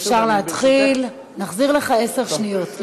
אפשר להתחיל, נחזיר לך עשר שניות.